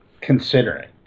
considering